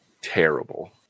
terrible